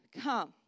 come